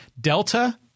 Delta